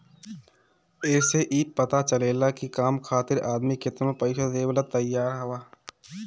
ए से ई पता चलेला की काम खातिर आदमी केतनो पइसा देवेला तइयार हअ